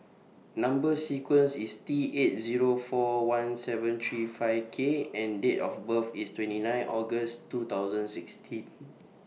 Number sequence IS T eight Zero four one seven three five K and Date of birth IS twenty nine August two thousand sixteen